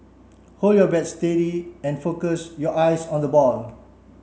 hold your bat steady and focus your eyes on the ball